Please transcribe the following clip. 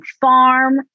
farm